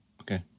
Okay